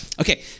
Okay